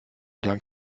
dank